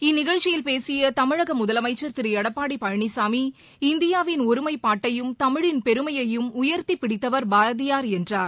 இந்நிகழ்ச்சியில் பேசியதமிழகமுதலமைச்சர் திருஎடப்பாடிபழனிசாமி இந்தியாவின் ஒருமைப்பாட்டையும் தமிழின் பெருமையையும் உயர்த்திப்பிடித்தவர் பாரதியார் என்றார்